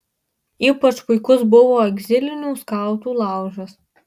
ypač puikus buvo egzilinių skautų laužas